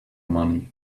money